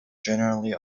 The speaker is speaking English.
generally